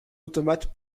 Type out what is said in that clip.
automates